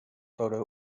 photo